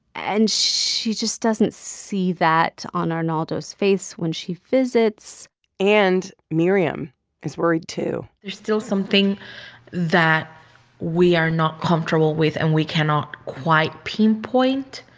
and she just doesn't see that on arnaldo's face when she visits and miriam is worried, too there's still something that we are not comfortable with and we cannot quite pinpoint,